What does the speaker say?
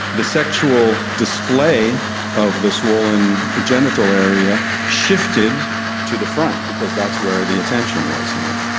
the sexual display of the swollen genital area shifted to the front because that's where the attention was now.